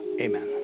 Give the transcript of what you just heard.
amen